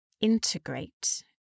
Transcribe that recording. integrate